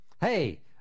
Hey